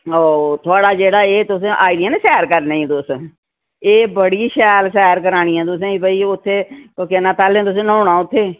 ओह् थुआढ़ा जेह्ड़ा एह् तुसें आई दियां नी सैर करने गी तुस एह् बड़ी शैल सैर करानी ऐ तुसें भाई उत्थैं केह् नांऽ पैह्ले तुसें न्होना उत्थै